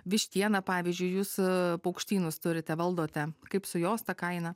vištiena pavyzdžiui jūs paukštynus turite valdote kaip su jos ta kaina